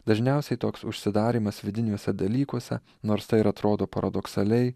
dažniausiai toks užsidarymas vidiniuose dalykuose nors tai ir atrodo paradoksaliai